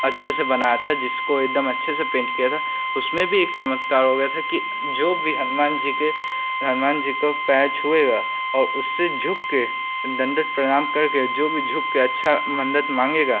अच्छे से बनाया था जिसको एकदम अच्छे से पेन्ट किया था उसमें भी एक चमत्कार हो गया था कि जो भी हनुमान जी के हनुमान जी के पैर छुएगा और उससे झुककर दण्डवत प्रणाम करके जो भी झुककर अच्छा मन्नत माँगेगा